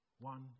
One